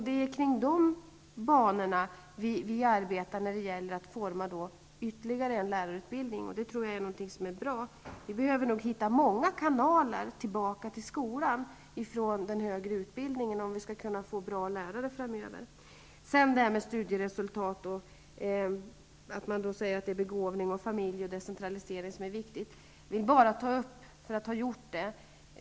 Det är i dessa banor som vi arbetar för att utforma ytterligare en lärarutbildning, och det tror jag är bra. Vi behöver nog hitta många kanaler tillbaka till skolan från den högre utbildningen för att få bra lärare framöver. Så till frågan om studieresultat. Det har sagts att begåvning, decentralisering och familjeförhållanden är viktiga för att uppnå goda studieresultat.